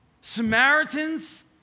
Samaritans